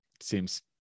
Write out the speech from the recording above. seems